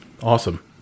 Awesome